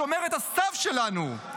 שומרת הסף שלנו.